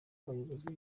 abayobozi